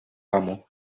amo